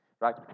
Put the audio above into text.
Right